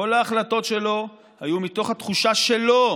כל ההחלטות שלו היו מתוך התחושה שלו,